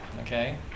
Okay